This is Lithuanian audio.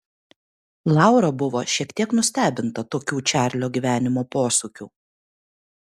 laura buvo šiek tiek nustebinta tokių čarlio gyvenimo posūkių